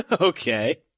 Okay